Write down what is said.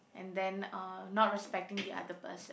and then uh not respecting the other person